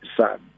Son